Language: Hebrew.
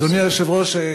אדוני היושב-ראש,